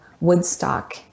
Woodstock